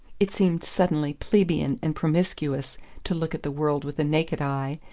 it seemed suddenly plebeian and promiscuous to look at the world with a naked eye,